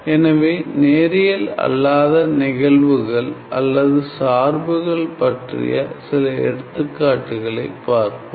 எனவே நேரியல் அல்லாத நிகழ்வுகள் அல்லது சார்புகள் பற்றிய சில எடுத்துக்காட்டுகளைப் பார்ப்போம்